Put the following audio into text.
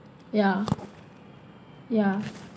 ya ya